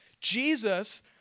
Jesus